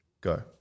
go